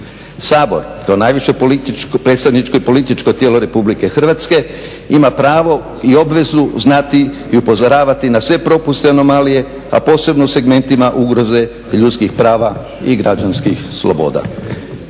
Sabor kao najviše političko, predstavničko i političko tijelo Republike Hrvatske ima pravo i obvezu znati i upozoravati na sve propuste i anomalije, a posebno u segmentima ugroze ljudskih prava i građanskih sloboda.